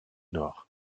nord